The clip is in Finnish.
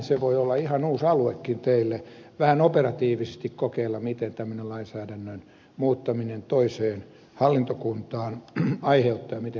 se voi olla ihan uusi aluekin teille vähän operatiivisesti kokeilla mitä tämmöinen lainsäädännön muuttaminen toiseen hallintokuntaan aiheuttaa ja miten kaikki menee eteenpäin